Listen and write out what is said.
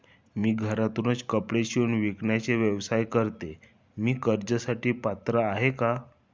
मी घरातूनच कपडे शिवून विकण्याचा व्यवसाय करते, मी कर्जासाठी पात्र आहे का?